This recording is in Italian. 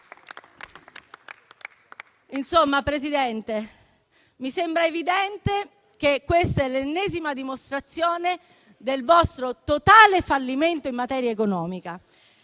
Insomma, signor Presidente, mi sembra evidente che questa sia l'ennesima dimostrazione del vostro totale fallimento in materia economica